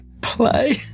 Play